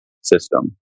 system